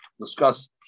discuss